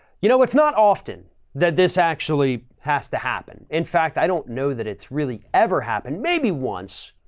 you know, it's not often that this actually has to happen. in fact, i don't know that it's really ever happened maybe once,